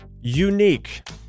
unique